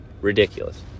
ridiculous